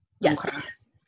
Yes